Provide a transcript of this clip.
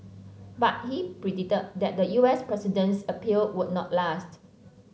but he predicted that the U S president's appeal would not last